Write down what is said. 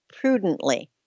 prudently